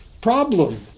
problem